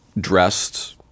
dressed